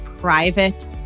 private